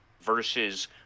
versus